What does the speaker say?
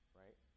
right